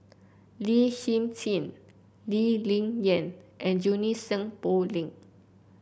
Lin Hsin Hsin Lee Ling Yen and Junie Sng Poh Leng